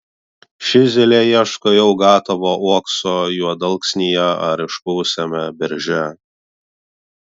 ši zylė ieško jau gatavo uokso juodalksnyje ar išpuvusiame berže